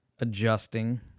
adjusting